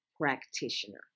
practitioner